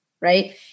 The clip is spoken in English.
Right